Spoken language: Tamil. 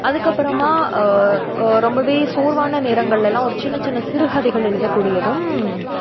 அதுக்கப்புறமா ரொம்பவே சோர்வான நேரங்களெல்லாம் ஒரு சின்ன சின்ன சிறுகதைகள் எழுதக்கூடியதும்